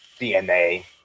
DNA